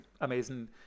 amazing